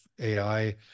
AI